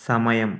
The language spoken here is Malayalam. സമയം